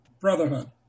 brotherhood